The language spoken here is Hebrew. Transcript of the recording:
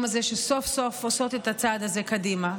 הזה שסוף-סוף עושות את הצעד הזה קדימה.